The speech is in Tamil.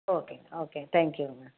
ஓகேங்க ஓகே தேங்க்யூங்க